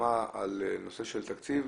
הסכמה על נושא התקציב.